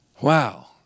Wow